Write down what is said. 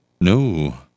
No